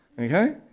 Okay